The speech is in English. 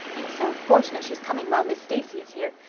it's so fortunate she's coming while miss stacy is here.